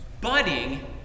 budding